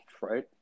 Right